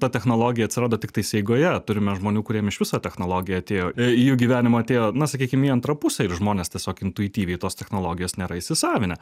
ta technologija atsirado tiktais eigoje turime žmonių kuriem iš viso technologija atėjo į jų gyvenimą atėjo na sakykim į antrą pusę ir žmonės tiesiog intuityviai tos technologijos nėra įsisavinę